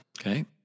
okay